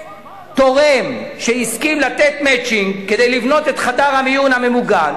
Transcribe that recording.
ותורם שהסכים לתת "מצ'ינג" כדי לבנות את חדר המיון הממוגן,